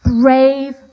brave